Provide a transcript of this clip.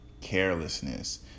carelessness